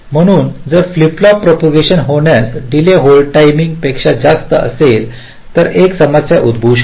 म्हणून जर flip flop propagation होण्यास डीले होल्ड टायमिंग पेक्षा जास्त असेल तर एक समस्या उद्भवू शकते